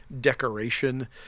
decoration